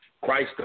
Christ